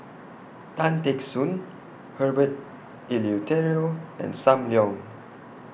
Tan Teck Soon Herbert Eleuterio and SAM Leong